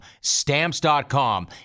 Stamps.com